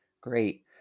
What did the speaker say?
great